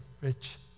Rich